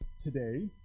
today